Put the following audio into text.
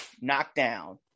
Knockdown